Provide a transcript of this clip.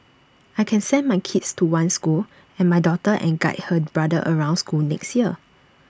I can send my kids to one school and my daughter and guide her brother around school next year